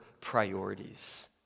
priorities